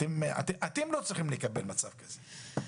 אתם לא צריכים לקבל מצב כזה.